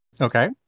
Okay